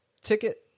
ticket